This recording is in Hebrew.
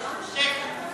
אם כן,